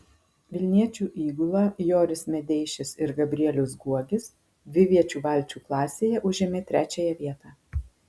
vilniečių įgula joris medeišis ir gabrielius guogis dviviečių valčių klasėje užėmė trečiąją vietą